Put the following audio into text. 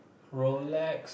Rolex